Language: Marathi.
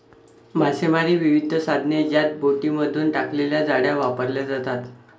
मासेमारीची विविध साधने ज्यात बोटींमधून टाकलेल्या जाळ्या वापरल्या जातात